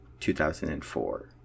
2004